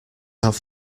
have